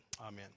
Amen